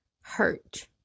hurt